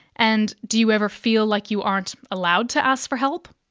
and do you ever feel like you aren't allowed to ask for help?